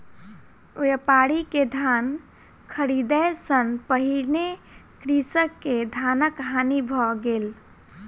व्यापारी के धान ख़रीदै सॅ पहिने कृषक के धानक हानि भ गेल